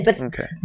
Okay